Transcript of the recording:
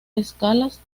escalas